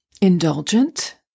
indulgent